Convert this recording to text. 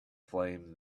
flame